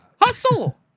Hustle